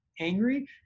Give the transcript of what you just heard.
angry